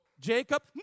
Jacob